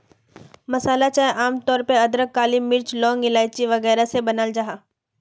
मसाला चाय आम तौर पे अदरक, काली मिर्च, लौंग, इलाइची वगैरह से बनाल जाहा